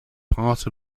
part